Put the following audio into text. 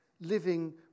living